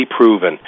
proven